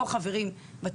חברים, לא.